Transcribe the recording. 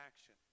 action